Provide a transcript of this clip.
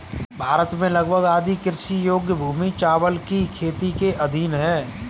भारत में लगभग आधी कृषि योग्य भूमि चावल की खेती के अधीन है